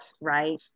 right